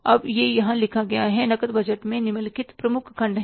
अब यह यहाँ लिखा गया है नकद बजट में निम्नलिखित प्रमुख खंड हैं